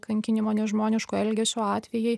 kankinimo nežmoniško elgesio atvejai